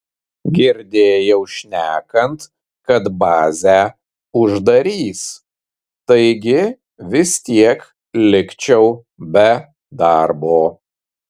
girdėjau šnekant kad bazę uždarys taigi vis tiek likčiau be darbo